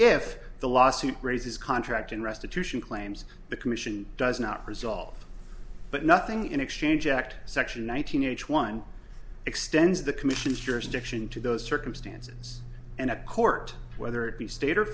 if the lawsuit raises contracting restitution claims the commission does not resolve but nothing in exchange act section one nine hundred eighty one extends the commission's jurisdiction to those circumstances and a court whether it be state or